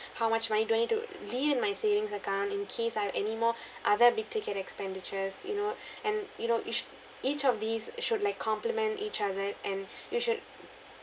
how much money do I need to leave in my savings account in case I have anymore other big ticket expenditures you know and you know each each of these should like complement each other and you should